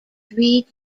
three